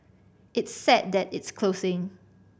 it's sad that it's closing